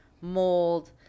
mold